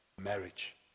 marriage